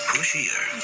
Pushier